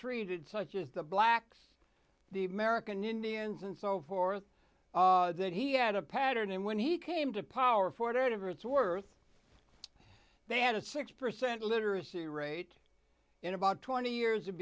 treated such as the black the american indians and so forth that he had a pattern in when he came to power for it out of her its worth they had a six percent literacy rate in about twenty years